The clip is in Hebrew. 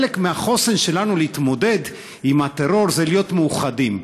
חלק מהחוסן שלנו להתמודד עם הטרור זה להיות מאוחדים,